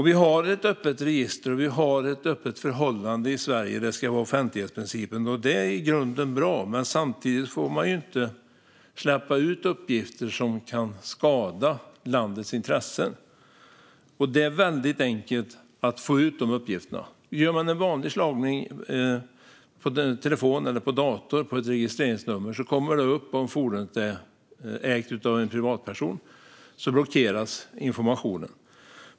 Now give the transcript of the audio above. Vi har ett öppet register, och vi har ett öppet förhållande i Sverige. Offentlighetsprincipen ska gälla. Det är i grunden bra. Men samtidigt får man inte släppa ut uppgifter som kan skada landets intressen, och det är väldigt enkelt att få ut dessa uppgifter. Om man gör en vanlig slagning i telefon eller dator på ett registreringsnummer kommer det upp om fordonet är ägt av en privatperson. Då blockeras informationen.